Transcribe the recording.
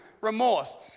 Remorse